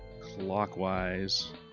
clockwise